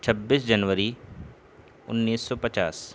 چھبیس جنوری انیس سو پچاس